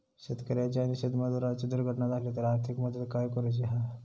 शेतकऱ्याची आणि शेतमजुराची दुर्घटना झाली तर आर्थिक मदत काय करूची हा?